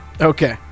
Okay